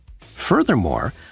Furthermore